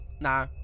nah